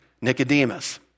Nicodemus